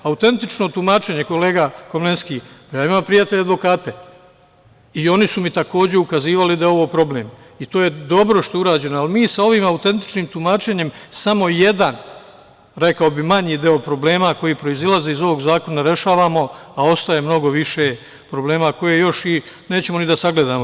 Autentično tumečanje kolega Komlenski, imam prijatelje advokate i oni su mi takođe ukazivali da je ovo problem i dobro je što je urađeno, ali mi sa ovim autentičnim tumačenjem samo jedan, rekao bih manji deo, problema koji proizilaze iz ovog zakona rešavamo, a ostaje mnogo više problema koje još nećemo ni da sagledamo.